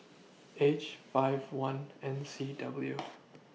H five one N C W